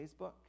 Facebook